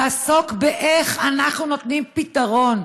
יעסוק באיך אנחנו נותנים פתרון,